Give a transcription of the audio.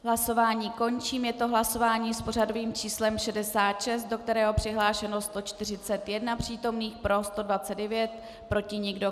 Hlasování končím, je to hlasování s pořadovým číslem 66, do kterého je přihlášeno 141 přítomných, pro 129, proti nikdo.